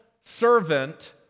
servant